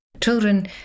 Children